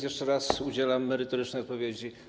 Jeszcze raz udzielam merytorycznej odpowiedzi.